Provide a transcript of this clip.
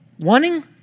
Wanting